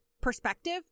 perspective